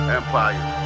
Empire